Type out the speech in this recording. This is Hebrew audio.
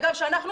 שאגב,